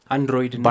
Android